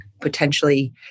potentially